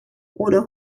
oder